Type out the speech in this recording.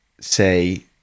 say